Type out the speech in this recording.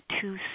two